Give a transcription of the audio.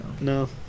no